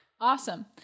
Awesome